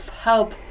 help